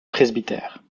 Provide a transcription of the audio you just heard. presbytère